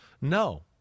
No